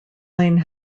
lane